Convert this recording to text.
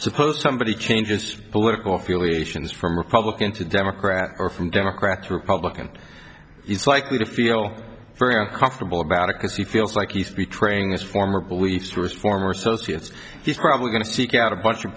suppose somebody changes political affiliations from republican to democrat or from democrat to republican is likely to feel very uncomfortable about it because he feels like he's betraying his former beliefs former associates he's probably going to seek out a bunch of